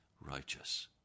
righteous